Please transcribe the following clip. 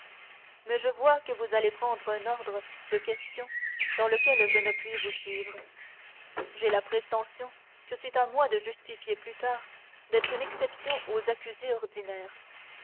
mais je vois que vous allez prendre un ordre de questions dans lequel je ne puis vous suivre j'ai la prétention que c'est à moi de justifier plus tard d'être une exception aux accusés ordinaires